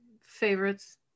favorites